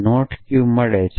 Q મળે છે